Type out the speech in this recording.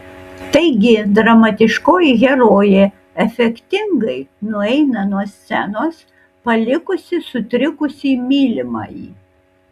taigi dramatiškoji herojė efektingai nueina nuo scenos palikusi sutrikusį mylimąjį